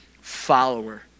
follower